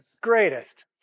greatest